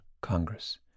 Congress